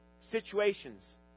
situations